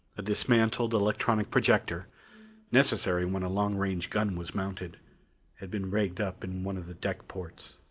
a dismantled electronic projector necessary when a long range gun was mounted had been rigged up in one of the deck ports.